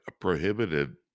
prohibited